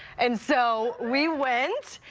and so we went.